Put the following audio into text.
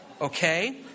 Okay